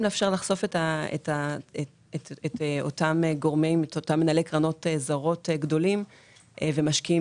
לאפשר לחשוף את אותם מנהלי קרנות זרות גדולים ומשקיעים